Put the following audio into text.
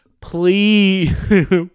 Please